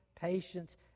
patience